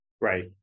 right